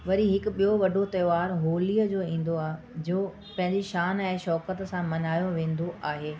वरी हिकु ॿियो वॾो त्योहारु होलीअ जो ईंदो आहे जो पंहिंजी शान ऐं शौकत सां मल्हायो वेंदो आहे